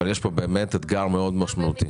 אבל יש פה באמת אתגר מאוד משמעותי.